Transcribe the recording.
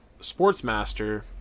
Sportsmaster